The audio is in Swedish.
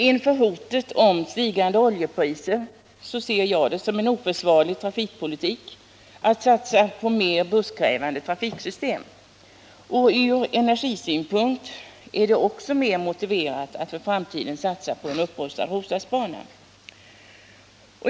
Inför hotet om stigande oljepriser ser jag det som en oförsvarlig trafikpolitik att satsa på mer busskrävande trafiksystem. Ur energisynpunkt är det också mer motiverat att för framtiden satsa på en upprustad Roslagsbana.